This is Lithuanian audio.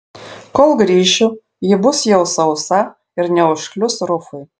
kol grįšiu ji bus jau sausa ir neužklius rufui